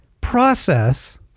process